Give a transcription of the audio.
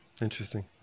Interesting